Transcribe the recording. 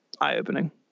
eye-opening